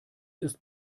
ist